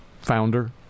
founder